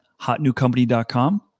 hotnewcompany.com